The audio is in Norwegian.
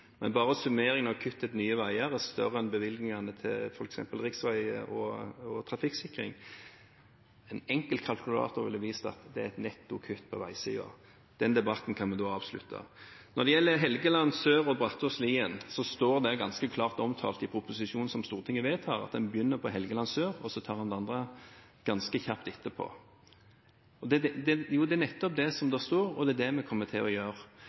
av kuttene til nye veier er større enn bevilgningene til f.eks. riksvei og trafikksikring. En enkel kalkulator ville vist at det er et nettokutt på veisiden. Den debatten kan vi da avslutte. Når det gjelder Helgeland sør og Brattås–Lien, står det ganske klart omtalt i proposisjonen som Stortinget har vedtatt, at man begynner med Helgeland sør, og så tar man det andre ganske kjapt etterpå. Det er nettopp det det står, og det er det vi kommer til å gjøre.